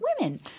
women